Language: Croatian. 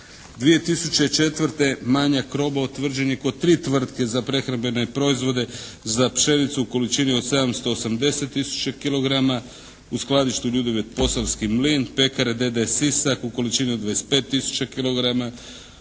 2004. manjak roba utvrđen je kod tri tvrtke za prehrambene proizvode, za pšenicu u količini od 780 tisuća kilograma, u skladištu "Ljudevit Posavski", "Mlin", Pekare d.d. Sisak u količini od 25